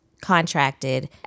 contracted